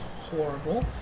horrible